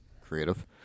creative